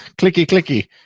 clicky-clicky